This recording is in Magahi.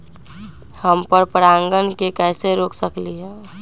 हम पर परागण के कैसे रोक सकली ह?